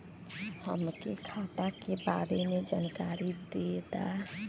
हमके खाता के बारे में जानकारी देदा?